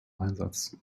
einsatz